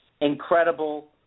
incredible